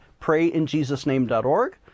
PrayInJesusName.org